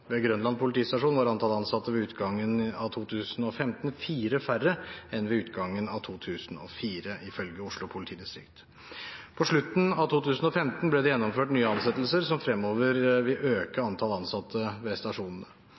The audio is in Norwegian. Ved Grønland politistasjon var antallet ansatte ved utgangen av 2015 fire færre enn ved utgangen av 2004, ifølge Oslo politidistrikt. På slutten av 2015 ble det gjennomført nye ansettelser som fremover vil øke antallet ansatte ved stasjonene.